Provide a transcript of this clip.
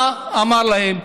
מה אמר להם?